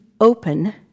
open